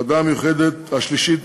הוועדה השלישית,